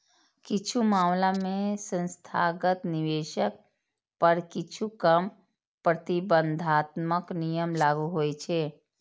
किछु मामला मे संस्थागत निवेशक पर किछु कम प्रतिबंधात्मक नियम लागू होइ छै